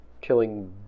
Killing